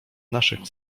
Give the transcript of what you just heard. naszych